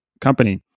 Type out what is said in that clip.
company